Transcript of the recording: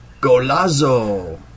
Golazo